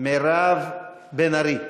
מירב בן ארי.